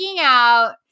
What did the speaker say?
out